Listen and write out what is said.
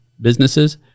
businesses